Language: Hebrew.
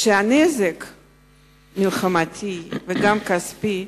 כי הנזק המלחמתי, וגם הכספי,